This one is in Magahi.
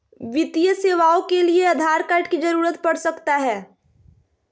वित्तीय सेवाओं के लिए आधार कार्ड की जरूरत पड़ सकता है?